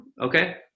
Okay